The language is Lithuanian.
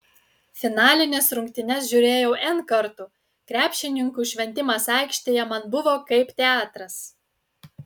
finalines rungtynes žiūrėjau n kartų krepšininkų šventimas aikštėje man buvo kaip teatras